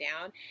down